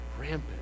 Rampant